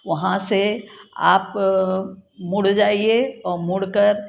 वहाँ से आप मुड़ जाइए और मुड़ कर